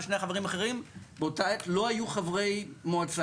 שני החברים האחרים באותה עת לא היו חברי מועצה,